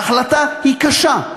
ההחלטה היא קשה.